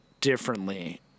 differently